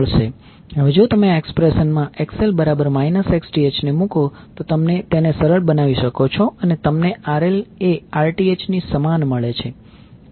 હવે જો તમે આ એક્સપ્રેશન માં XL ને મુકો તમે તેને સરળ બનાવી શકો છો અને તમને RL એ Rth ની સમાન મળે છે